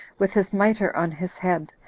with his mitre on his head,